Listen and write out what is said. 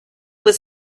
was